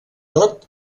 tot